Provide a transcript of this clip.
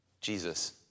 Jesus